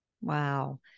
Wow